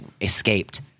escaped